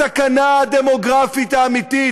הסכנה הדמוגרפית האמיתית,